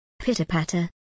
Pitter-patter